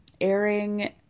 airing